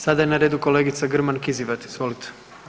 Sada je na redu kolegica Grman Kizivat, izvolite.